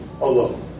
alone